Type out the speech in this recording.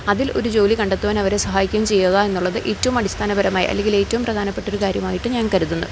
അതിൽ ഒരു ജോലി കണ്ടെത്തുവാൻ അവരെ സഹായിക്കുകയും ചെയ്യുക എന്നുള്ളത് ഏറ്റവും അടിസ്ഥാനപരമായി അല്ലെങ്കിലേറ്റവും പ്രധാനപ്പെട്ടൊരു കാര്യമായിട്ട് ഞാൻ കരുതുന്നു